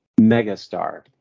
megastar